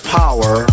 power